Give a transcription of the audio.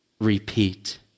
repeat